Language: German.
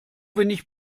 wenig